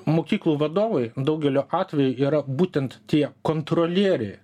mokyklų vadovai daugeliu atvejų yra būtent tie kontrolieriai